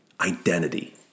identity